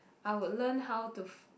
I would learn how to